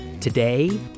Today